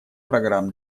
программ